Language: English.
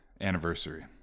anniversary